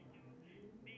a what